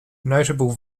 notable